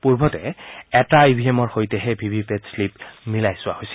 পূৰ্বতে এটা ই ভি এমৰ সৈতেহে ভি ভি পেট প্লিপ মিলাই চোৱা হৈছিল